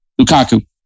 Lukaku